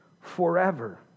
forever